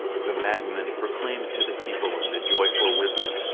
the madman proclaims to the people in the joyful wisdom,